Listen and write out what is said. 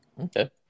Okay